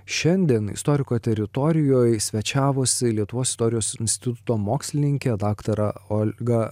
šiandien istoriko teritorijoj svečiavosi lietuvos istorijos instituto mokslininkė daktarė olga